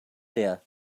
there